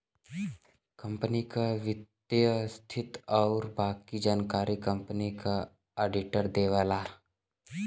company क वित्तीय स्थिति आउर बाकी जानकारी कंपनी क आडिटर देवला